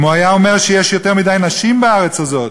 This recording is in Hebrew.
אם הוא היה אומר שיש יותר מדי נשים בארץ הזאת,